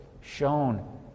shown